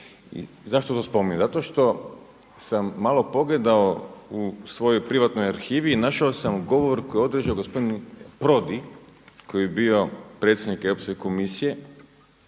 Zašto to spominjem? Zato što sam malo pogledao u svojoj privatnoj arhivi i našao sam govor koji je održao gospodin Prodi koji je bio predsjednik Europske